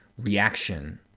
reaction